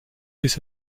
bis